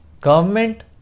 Government